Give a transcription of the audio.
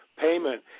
payment